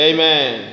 Amen